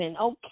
Okay